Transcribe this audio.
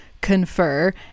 confer